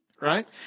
right